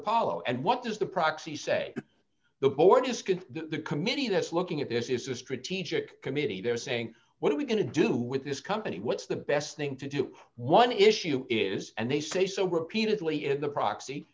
apollo and what does the proxy say the board is good the committee that's looking at this is a strategic committee they're saying what are we going to do with this company what's the best thing to do one issue is and they say so repeatedly in the proxy